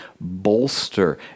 bolster